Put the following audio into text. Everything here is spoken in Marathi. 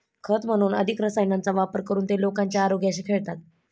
खत म्हणून अधिक रसायनांचा वापर करून ते लोकांच्या आरोग्याशी खेळतात